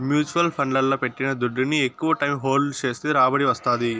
mutual ఫండ్లల్ల పెట్టిన దుడ్డుని ఎక్కవ టైం హోల్డ్ చేస్తే మంచి రాబడి వస్తాది